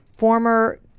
former